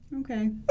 Okay